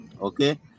okay